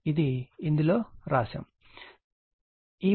ఇది ఇందులో వ్రాయబడింది